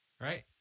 Right